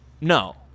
No